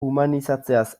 humanizatzeaz